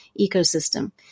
ecosystem